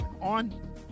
on